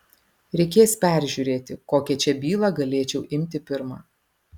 reikės peržiūrėti kokią čia bylą galėčiau imti pirmą